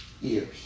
years